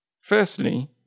Firstly